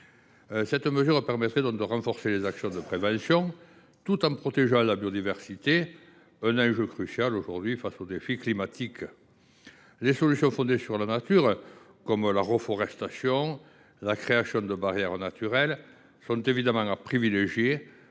nous –, permettrait de renforcer les actions de prévention tout en protégeant la biodiversité, enjeu crucial face au défi climatique. Les solutions fondées sur la nature, telles que la reforestation ou la création de barrières naturelles, sont évidemment à privilégier,